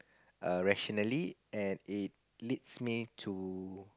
err rationally and it leads me to